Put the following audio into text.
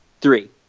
three